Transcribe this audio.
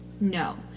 No